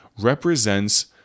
represents